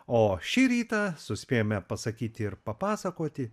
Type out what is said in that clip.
o šį rytą suspėjome pasakyti ir papasakoti